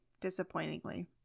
disappointingly